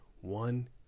one